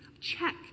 Check